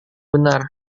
benar